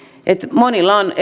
että monilla on